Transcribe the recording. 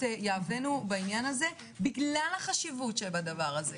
יהבנו בעניין הזה בגלל החשיבות שבדבר הזה.